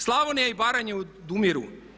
Slavonija i Baranja odumiru.